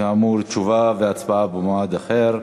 כאמור, תשובה והצבעה במועד אחר.